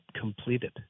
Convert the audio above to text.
completed